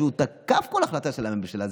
הוא תקף כל החלטה של הממשלה,